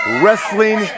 wrestling